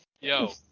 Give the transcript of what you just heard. Yo